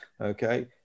Okay